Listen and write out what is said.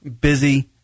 Busy